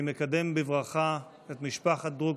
אני מקדם בברכה את משפחת דרוקמן,